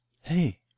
Hey